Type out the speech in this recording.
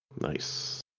Nice